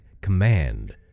command